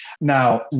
Now